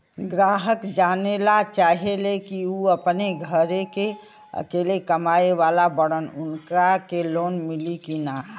ग्राहक जानेला चाहे ले की ऊ अपने घरे के अकेले कमाये वाला बड़न उनका के लोन मिली कि न?